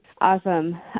Awesome